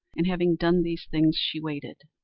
and having done these things she waited.